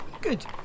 Good